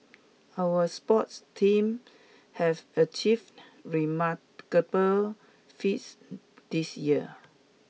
our sports teams have achieved remarkable feats this year